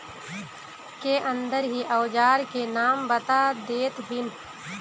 के अंदर ही औजार के नाम बता देतहिन?